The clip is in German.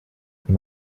wenn